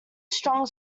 strong